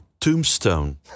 tombstone